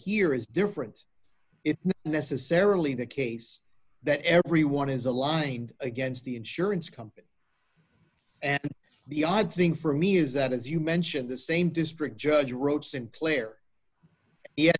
here is different if not necessarily the case that everyone is aligned against the insurance company and the odd thing for me is that as you mentioned the same district judge wrote sinclair ye